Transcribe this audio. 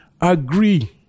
agree